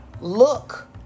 Look